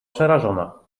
przerażona